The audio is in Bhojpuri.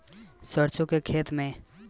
सरसों के खेत मे सिंचाई कब होला?